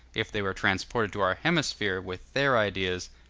if they were transported to our hemisphere, with their ideas,